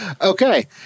Okay